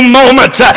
moments